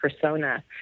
persona